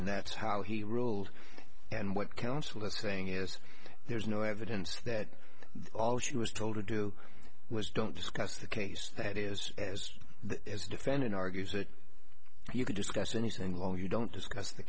and that's how he ruled and what counsel is saying is there's no evidence that all she was told to do was don't discuss the case that is as the defendant argues that you can discuss anything long you don't discuss the